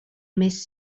més